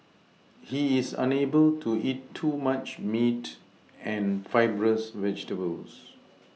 he is unable to eat too much meat and fibrous vegetables